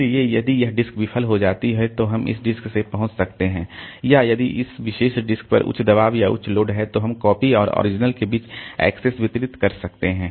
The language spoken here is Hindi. इसलिए यदि यह डिस्क विफल हो जाती है तो हम इस डिस्क से पहुंच सकते हैं या यदि इस विशेष डिस्क पर उच्च दबाव या उच्च लोड है तो हम कॉपी और ओरिजिनल के बीच एक्सेस वितरित कर सकते हैं